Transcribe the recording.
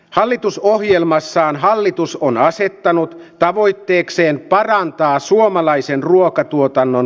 hallitusohjelmassaan hallitus on asettanut tavoitteekseen parantaa suomalaisen ruokatuotannon